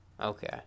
Okay